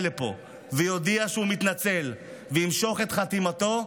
לפה ויודיע שהוא מתנצל וימשוך את חתימתו,